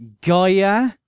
Gaia